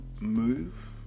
move